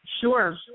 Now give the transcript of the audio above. Sure